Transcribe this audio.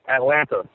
Atlanta